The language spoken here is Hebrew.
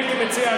הייתי מציע,